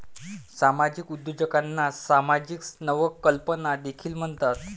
सामाजिक उद्योजकांना सामाजिक नवकल्पना देखील म्हणतात